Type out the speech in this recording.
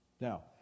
Now